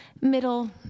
middle